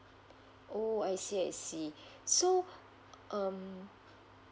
oh oh I see I see so um